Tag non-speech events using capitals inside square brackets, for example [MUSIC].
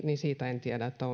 [UNINTELLIGIBLE] niin siitä en tiedä